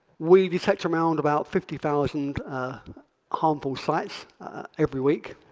we've detected around about fifty thousand harmful sites every week.